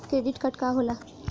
Credit card का होला?